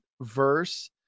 verse